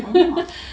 orh